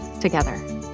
together